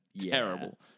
Terrible